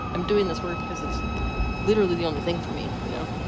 i'm doing this work because it's literally the only thing for me. you know?